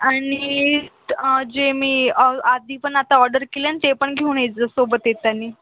आणि जे मी आधी पण आता ऑर्डर केलं आहे नं ते पण घेऊन येजा सोबत येताना